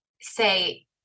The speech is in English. say